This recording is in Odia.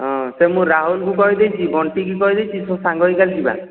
ହଁ ସେ ମୁଁ ରାହୁଲକୁ କହିଦେଇଛି ବଣ୍ଟିକୁ କହିଦେଇଛି ସବୁ ସାଙ୍ଗ ହୋଇକି କାଲି ଯିବା